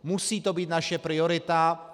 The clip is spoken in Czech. Musí to být naše priorita.